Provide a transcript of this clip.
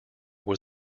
was